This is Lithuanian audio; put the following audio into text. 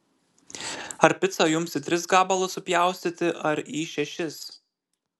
ar picą jums į tris gabalus supjaustyti ar į šešis